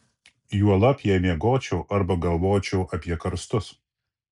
juolab jei miegočiau arba galvočiau apie karstus